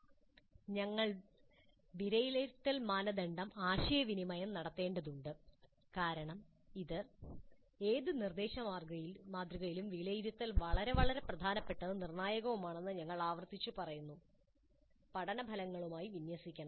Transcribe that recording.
ഞങ്ങൾ വിലയിരുത്തൽ മാനദണ്ഡങ്ങളും ആശയവിനിമയം നടത്തേണ്ടതുണ്ട് കാരണം ഇത് ഏത് നിർദ്ദേശ മാതൃകയിലും വിലയിരുത്തൽ വളരെ വളരെ പ്രധാനപ്പെട്ടതും നിർണായകവുമാണെന്ന് ഞങ്ങൾ ആവർത്തിച്ചു പറയുന്നു പഠന ഫലങ്ങളുമായി വിന്യസിക്കണം